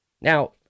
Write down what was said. Now